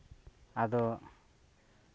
ᱟᱫᱚ